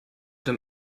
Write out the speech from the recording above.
dem